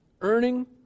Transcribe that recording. earning